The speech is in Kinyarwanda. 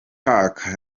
park